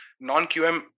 non-QM